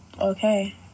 Okay